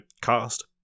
cast